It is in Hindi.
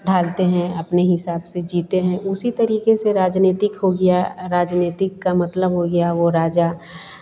ढालते हैं अपने हिसाब से जीते हैं उसी तरीके से राजनीतिक हो गया राजनीतिक का मतलब हो गया वो राजा